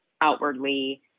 outwardly